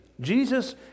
Jesus